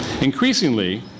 Increasingly